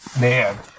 man